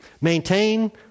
Maintain